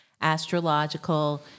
astrological